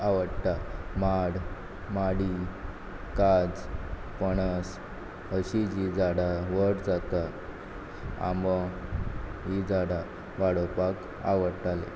आवडटा माड माडी काज पणस अशीं जीं झाडां व्हड जाता आंबो हीं झाडां वाडोवपाक आवडटालीं